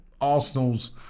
Arsenal's